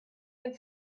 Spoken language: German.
dem